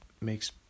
makes